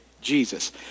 Jesus